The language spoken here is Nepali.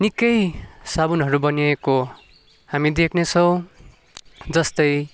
निकै साबुनहरू बनिएको हामी देख्नेछौँ जस्तै